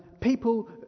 people